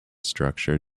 structure